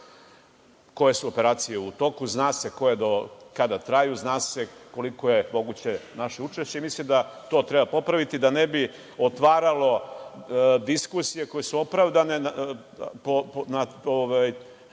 koje su operacije u toku, zna se koje do kada traju, zna se koliko je moguće naše učešće. Mislim da to treba popraviti da ne bi otvaralo diskusije koje su opravdane na